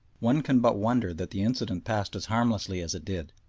one can but wonder that the incident passed as harmlessly as it did,